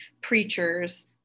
preachers